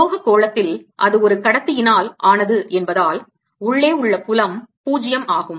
உலோகக் கோளத்தில் அது ஒரு கடத்தியினால் ஆனது என்பதால் உள்ளே உள்ள புலம் 0 ஆகும்